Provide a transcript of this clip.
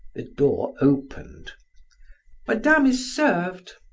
the door opened madame is served!